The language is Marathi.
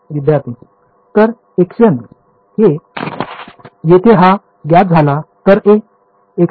विद्यार्थी तर χn येथे हा ज्ञात झाला तर a